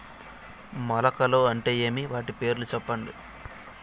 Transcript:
మొలకలు అంటే ఏమి? వాటి పేర్లు సెప్పండి?